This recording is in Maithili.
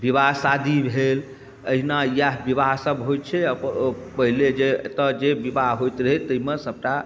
बिवाह शादी भेल अहिना इएह बिवाह सब होइ छै आओर पहिले जे एतऽ जे बिबाह होयत रहै तैमे सबटा